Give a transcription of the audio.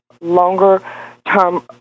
longer-term